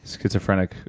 schizophrenic